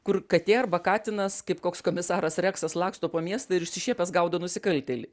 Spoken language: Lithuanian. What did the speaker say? kur katė arba katinas kaip koks komisaras reksas laksto po miestą ir išsišiepęs gaudo nusikaltėlį